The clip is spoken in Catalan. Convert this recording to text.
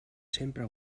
sempre